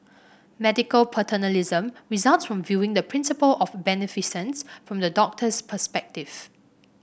medical paternalism results from viewing the principle of beneficence from the doctor's perspective